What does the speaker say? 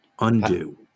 Undo